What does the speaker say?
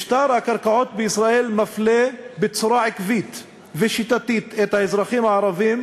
משטר הקרקעות בישראל מפלה בצורה עקבית ושיטתית את האזרחים הערבים,